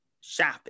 shopping